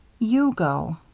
you go.